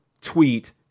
tweet